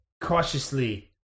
cautiously